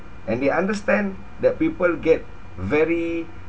and they understand that people get very